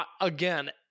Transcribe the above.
Again